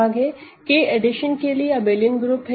K addition के लिए abelian group है